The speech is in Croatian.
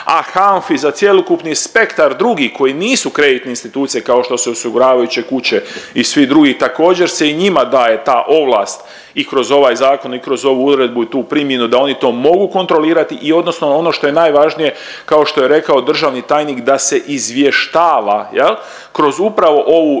a HANFA-i za cjelokupni spektar drugi koji nisu kreditne institucije kao što su osiguravajuće kuće i svi drugi, također se i njima daje ta ovlast i kroz ovaj zakon i kroz ovu uredbu i tu primjenu da oni to mogu kontrolirati. I odnosno ono što je najvažnije kao što je rekao državni tajnik da se izvještava kroz upravo ovu